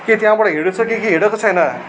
कि त्यहाँबाटड हिँडिसक्यो कि हिँडेको छैन